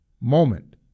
moment